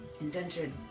indentured